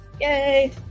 yay